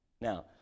Now